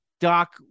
Doc